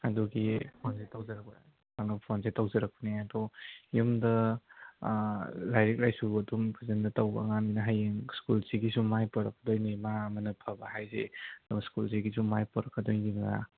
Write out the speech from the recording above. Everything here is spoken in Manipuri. ꯑꯗꯨꯒꯤ ꯀꯣꯜꯁꯤ ꯇꯧꯖꯔꯛꯄꯅꯤ ꯑꯗꯨꯅ ꯐꯣꯟꯁꯤ ꯇꯧꯖꯔꯛꯄꯅꯤ ꯑꯗꯣ ꯌꯨꯝꯗ ꯂꯥꯏꯔꯤꯛ ꯂꯥꯏꯁꯨ ꯑꯗꯨꯝ ꯐꯖꯅ ꯇꯧꯕ ꯑꯉꯥꯡꯅꯤꯅ ꯍꯌꯦꯡ ꯁ꯭ꯀꯨꯜꯁꯤꯒꯤꯁꯨ ꯃꯥꯏ ꯄꯨꯔꯛꯀꯗꯣꯏꯅꯤ ꯃꯥ ꯑꯃꯅ ꯐꯕ ꯍꯥꯏꯁꯦ ꯑꯗꯨꯒ ꯁ꯭ꯀꯨꯜꯁꯤꯒꯤꯁꯨ ꯃꯥꯏ ꯄꯨꯔꯛꯀꯗꯣꯏꯅꯤꯅ